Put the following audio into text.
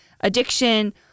addiction